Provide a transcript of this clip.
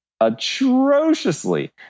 atrociously